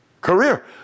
Career